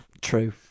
True